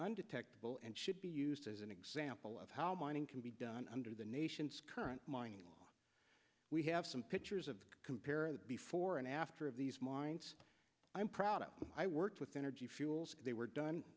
undetectible and should be used as an example of how mining can be done under the nation's current mining we have some pictures of compare the before and after of these mines i'm proud of i worked with energy fuels they were done